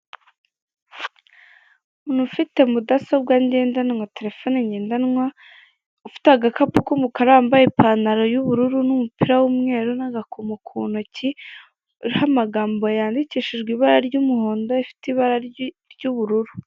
Umuntu ufite mudasobwa ngendanwa na terefone ngendanwa ufite agakapu k'umukara wambaye ipantaro y'ubururu n'umupira w'umweru n'agakomo ku ntoki uriho amagambo yandikishijwe ibara ry'umuhondo ifite ibara ry'ubururu.